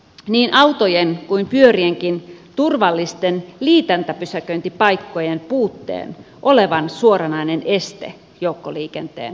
niin autojen kuin pyörienkin turvallisten liityntäpysäköintipaikkojen puutteen olevan suoranainen este joukkoliikenteen